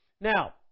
now